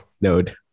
node